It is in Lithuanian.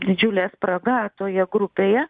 didžiulė spraga toje grupėje